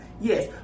yes